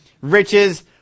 riches